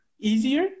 easier